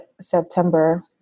September